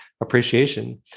appreciation